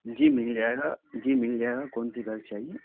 جی مل جائے گا جی مل جائے گا کون سی گاڑی چاہیے